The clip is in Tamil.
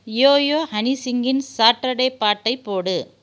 யோ யோ ஹனி சிங்கின் சாட்டர்டே பாட்டைப் போடு